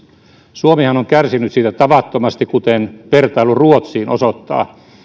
suomihan on kärsinyt siitä tavattomasti kuten vertailu ruotsiin osoittaa